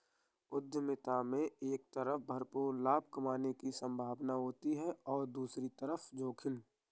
उद्यमिता में एक तरफ भरपूर लाभ कमाने की सम्भावना होती है तो दूसरी तरफ जोखिम